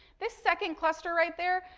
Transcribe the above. this second cluster right there,